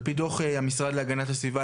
על פי דוח המשרד להגנת הסביבה,